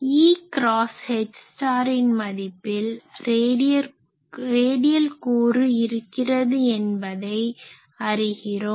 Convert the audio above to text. E cross H இன் மதிப்பில் radial கூறு இருக்கிறது என்பதை அறிகிறோம்